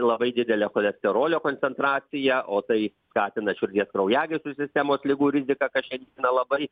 labai didelė cholesterolio koncentracija o tai skatina širdies kraujagyslių sistemos ligų riziką kas šiandieną labai